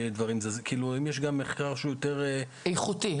יש מחקר יותר איכותני?